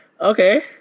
Okay